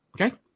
Okay